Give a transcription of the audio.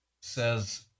says